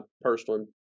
personal